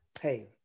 hey